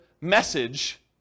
message